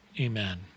Amen